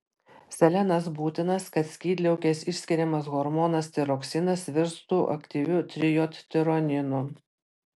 selenas būtinas kad skydliaukės išskiriamas hormonas tiroksinas virstų aktyviu trijodtironinu